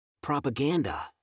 Propaganda